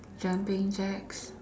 jumping jacks